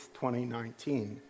2019